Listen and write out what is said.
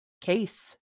case